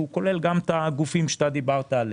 והוא כולל גם את הגופים שאתה דיברת עליהם.